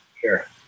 Sure